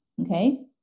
Okay